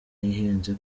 ihenze